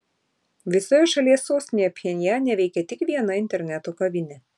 visoje šalies sostinėje pchenjane veikia tik viena interneto kavinė